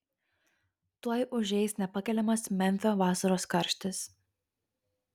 tuoj užeis nepakeliamas memfio vasaros karštis